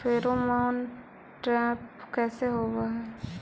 Pheromone trap कैसे होब हई?